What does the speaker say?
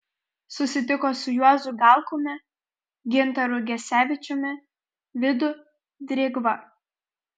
susitiko su juozu galkumi gintaru gesevičiumi vidu drėgva